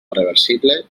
reversible